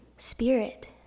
Spirit